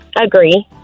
Agree